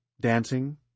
dancing